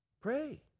Pray